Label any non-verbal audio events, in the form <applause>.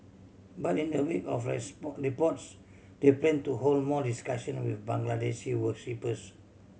but in the wake of the <unintelligible> the reports they plan to hold more discussion with Bangladeshi worshippers